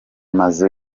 mazu